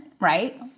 right